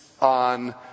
on